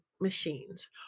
machines